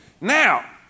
Now